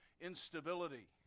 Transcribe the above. instability